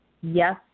Yes